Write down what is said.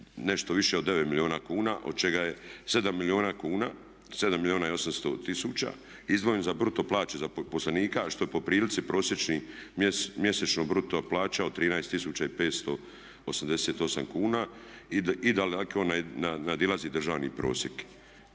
nešto više od 9 milijuna kuna od čega je 7 milijuna kuna, 7 milijuna i 800 tisuća izdvojen za bruto plaće zaposlenika što je po prilici prosječni mjesečna bruto plaća od 13 588 kuna i da … nadilazi državni prosjek.